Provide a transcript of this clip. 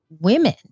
women